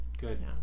Good